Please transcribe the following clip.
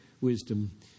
wisdom